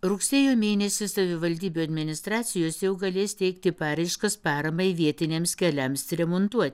rugsėjo mėnesį savivaldybių administracijos jau galės teikti paraiškas paramai vietiniams keliams remontuot